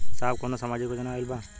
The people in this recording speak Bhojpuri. साहब का कौनो सामाजिक योजना आईल बा?